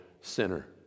sinner